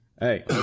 Hey